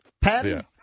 Ten